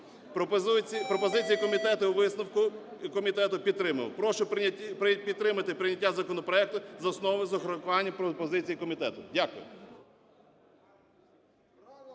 Пропозиції комітету у висновку і комітет підтримав. Прошу підтримати прийняття законопроекту за основу з урахуванням пропозицій комітету. Дякую.